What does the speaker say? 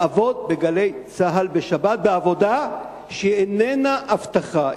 לעבוד ב"גלי צה"ל" בשבת בעבודה שאיננה אבטחה,